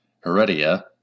Heredia